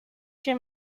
que